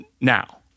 now